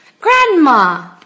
Grandma